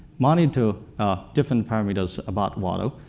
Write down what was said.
monitor different parameters about water.